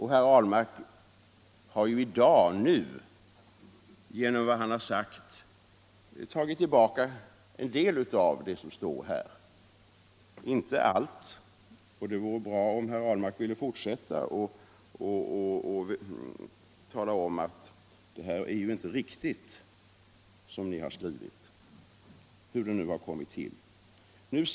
Herr Ahlmark har ju nu i dag genom vad han har sagt tagit tillbaka en del av det som står här —- inte allt. Det vore bra om herr Ahlmark ville fortsätta att tala om att det inte är riktigt som ni här har skrivit, hur det nu har kommit till.